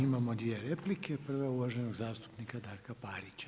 Imamo 2 replike, prva je uvaženog zastupnika Darka Parića.